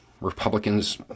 Republicans